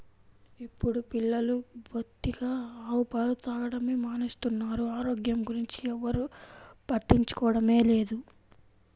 ఇప్పుడు పిల్లలు బొత్తిగా ఆవు పాలు తాగడమే మానేస్తున్నారు, ఆరోగ్యం గురించి ఎవ్వరు పట్టించుకోవడమే లేదు